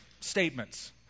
statements